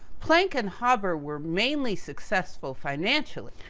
planck and haber were mainly successful financially,